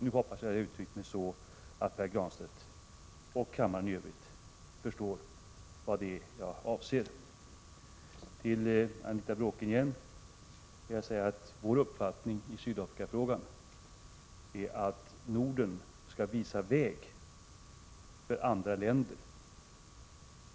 Nu hoppas jag att jag har uttryckt mig så att Pär Granstedt och kammaren i övrigt förstår vad jag avser. Till Anita Bråkenhielm vill jag säga att folkpartiets uppfattning i Sydafrikafrågan är att Norden skall visa vägen för andra länder.